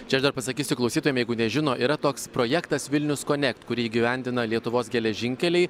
čia aš dar pasakysiu klausytojam jeigu nežino yra toks projektas vilnius konekt kurį įgyvendina lietuvos geležinkeliai